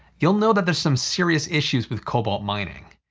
you'll know that there's some serious issues with cobalt mining.